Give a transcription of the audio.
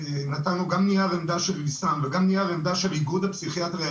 זה שנתנו גם נייר עמדה של אל-סם וגם נייר עמדה של איגוד הפסיכיאטריה,